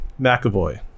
McAvoy